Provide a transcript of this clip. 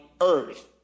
earth